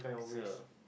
so